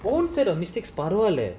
one set of mistakes பரவால்ல:paravala